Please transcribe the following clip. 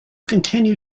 continue